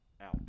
out